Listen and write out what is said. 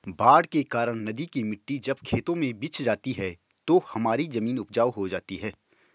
बाढ़ के कारण नदी की मिट्टी जब खेतों में बिछ जाती है तो हमारी जमीन उपजाऊ हो जाती है